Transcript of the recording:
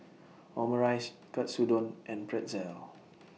Omurice Katsudon and Pretzel